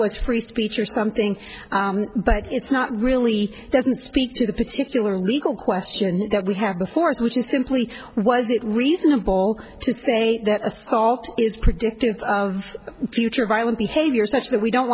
was free speech or something but it's not really doesn't speak to the particular legal question that we have the force which is simply what is it reasonable to say that assault is predictive of future violent behavior such that we don't